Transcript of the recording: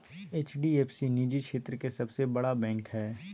HDF सी निजी क्षेत्र के सबसे बड़ा बैंक हय